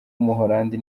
w’umuholandi